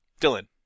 Dylan